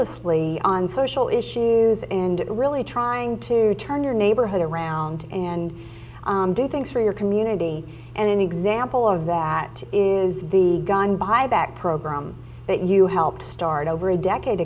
lessly on social issues and really trying to turn your neighborhood around and do things for your community and an example of that is the gun buyback program that you helped start over a decade